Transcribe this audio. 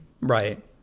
Right